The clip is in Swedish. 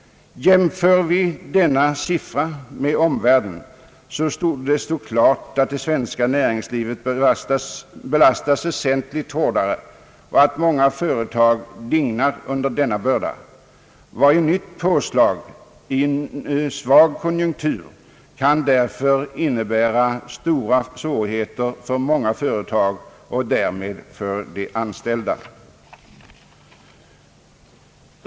Jämför vi denna siffra med förhållandena i omvärlden, torde det stå klart att det svenska näringslivet belastas väsentligt hårdare, och att många företag dignar under denna börda. Varje nytt påslag i en svag konjunktur kan därför innebära stora svårigheter för många företag och därmed för de anställda.